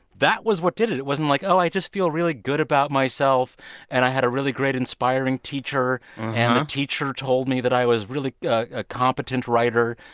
that was what did it. it wasn't like, oh, i just feel really good about myself and i had a really great, inspiring teacher and the teacher told me that i was really a competent writer.